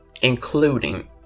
including